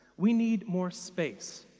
we need more space.